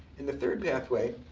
and the third pathway,